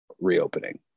reopening